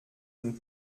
une